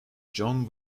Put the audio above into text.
john